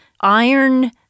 Iron